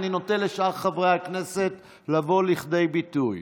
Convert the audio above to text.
אני נותן לשאר חברי הכנסת לבוא לידי ביטוי.